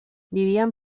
vivien